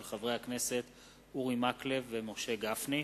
מאת חברי הכנסת אורי מקלב ומשה גפני,